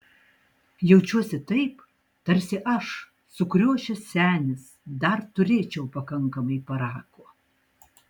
jaučiuosi taip tarsi aš sukriošęs senis dar turėčiau pakankamai parako